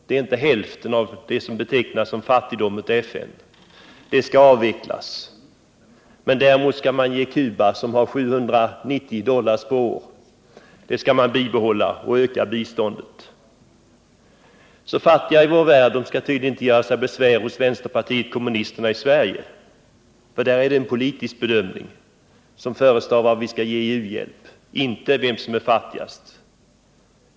Det är inte hälften av det som betecknas som fattigdom av FN. Stödet till detta mottagarland anser vpk bör avvecklas. Däremot skall man ge bistånd till Cuba, där medelinkomsten uppgår till 790 dollar per år. Där skall man bibehålla och även öka biståndet. De fattiga i världen skall tydligen inte göra sig besvär hos vpk i Sverige, för där har man en politisk bedömning som förestavar att vi skall inte ge u-hjälp, till dem som är fattigast.